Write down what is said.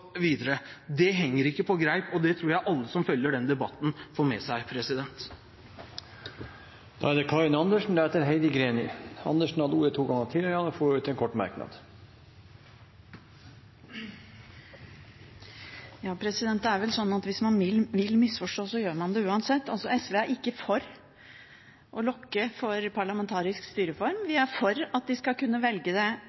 Det henger ikke på greip, og det tror jeg alle som følger denne debatten, får med seg. Representanten Karin Andersen har hatt ordet to ganger tidligere og får ordet til en kort merknad, begrenset til 1 minutt. Det er vel slik at hvis man vil misforstå, så gjør man det uansett. SV er altså ikke for å lukke for parlamentarisk styreform; vi er for at de skal kunne velge det